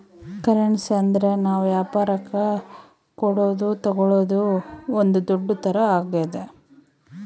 currency ಅಂದ್ರ ನಾವ್ ವ್ಯಾಪರಕ್ ಕೊಡೋದು ತಾಗೊಳೋದು ಒಂದ್ ದುಡ್ಡು ತರ ಆಗ್ಯಾದ